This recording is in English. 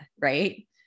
Right